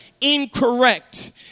Incorrect